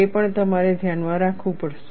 તે પણ તમારે ધ્યાનમાં રાખવું પડશે